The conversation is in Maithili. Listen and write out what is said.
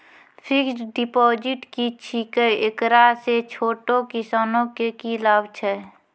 फिक्स्ड डिपॉजिट की छिकै, एकरा से छोटो किसानों के की लाभ छै?